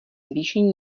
zvýšení